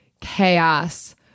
chaos